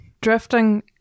Drifting